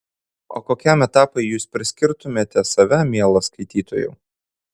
o kokiam etapui jūs priskirtumėte save mielas skaitytojau